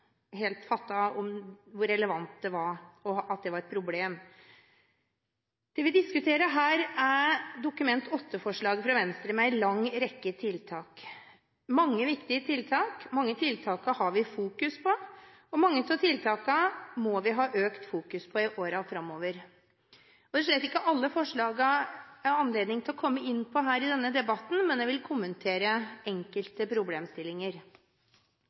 helt fattet hvor relevant det var, og at det var et problem. Det vi diskuterer her, er dokument 8-forslaget fra Venstre – med en lang rekke tiltak. Det er mange viktig tiltak, mange av tiltakene har vi fokus på, og mange av tiltakene må vi ha økt fokus på i årene framover. Det er slett ikke alle forslagene jeg har anledning til å komme inn på her i denne debatten, men jeg vil kommentere enkelte problemstillinger.